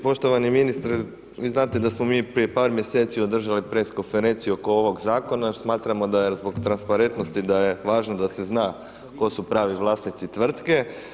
Poštovani ministre, vi znate da smo mi prije par mjeseci održali pres Konferenciju oko ovog Zakona, smatramo da, jel zbog transparentnosti da je važno da se zna tko su pravi vlasnici tvrtke.